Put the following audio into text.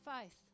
faith